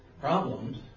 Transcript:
problems